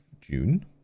June